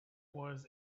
was